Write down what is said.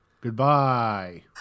goodbye